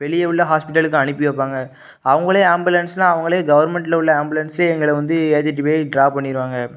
வெளியே உள்ளே ஹாஸ்பிட்டலுக்கு அனுப்பி வைப்பாங்க அவங்களே ஆம்புலென்ஸ்னா அவங்களே கவர்மெண்ட்டில் உள்ளே ஆம்புலென்லே எங்களை வந்து ஏற்றிட்டு போய் ட்ராப் பண்ணிடுவாங்க